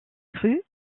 crue